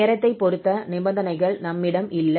நேரத்தைப் பொறுத்த நிபந்தனைகள் நம்மிடம் இல்லை